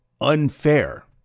unfair